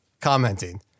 commenting